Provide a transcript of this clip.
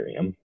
Ethereum